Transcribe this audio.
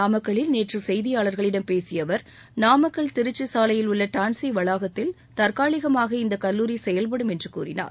நாமக்கல்லில் நேற்று செய்தியாளர்களிடம் பேசிய அவர் நாமக்கல் திருச்சி சாலையில் உள்ள டான்சி வளாகத்தில் தற்காலிகமாக இந்த கல்லூரி செயல்படும் என்றார்